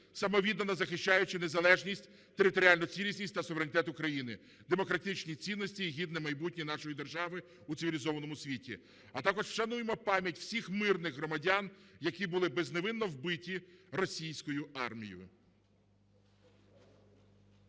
самовіддано захищаючи незалежність, територіальну цілісність та суверенітет України, демократичні цінності і гідне майбутнє нашої держави у цивілізованому світі. А також вшануймо пам'ять всіх мирних громадян, які були безневинно вбиті російською армією.